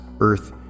earth